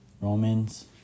Romans